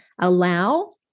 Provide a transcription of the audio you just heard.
allow